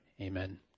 Amen